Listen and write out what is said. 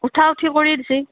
উঠা উঠি কৰি দিছে